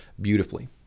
beautifully